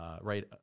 right